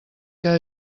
que